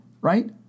right